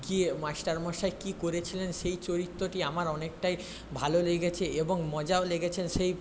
গিয়ে মাস্টারমশাই কি করেছিলেন সেই চরিত্রটি আমার অনেকটাই ভালো লেগেছে এবং মজাও লেগেছে সেই